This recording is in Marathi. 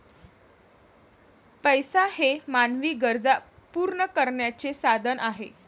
पैसा हे मानवी गरजा पूर्ण करण्याचे साधन आहे